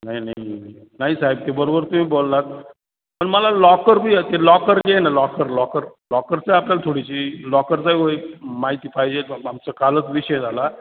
नाही नाही नाही नाही नाही साहेब ते बरोबर तुम्ही बोललात पण मला लॉकरबी ते लॉकर जे आहे ना लॉकर लॉकर लॉकरचं आहे आपल्याला थोडीशी लॉकरचा व एक माहिती पाहिजे आमचा कालच विषय झाला